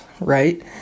right